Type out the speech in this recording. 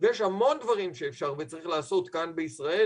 ויש המון דברים שאפשר וצריך לעשות כאן בישראל.